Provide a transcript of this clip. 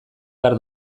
behar